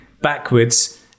backwards